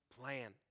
plan